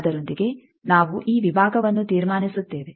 ಅದರೊಂದಿಗೆ ನಾವು ಈ ವಿಭಾಗವನ್ನು ತೀರ್ಮಾನಿಸುತ್ತೇವೆ